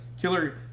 killer